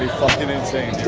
fuckin' insane.